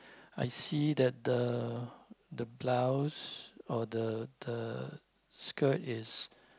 I see that the the blouse or the the skirt is